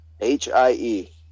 H-I-E